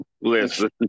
listen